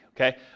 okay